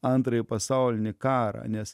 antrąjį pasaulinį karą nes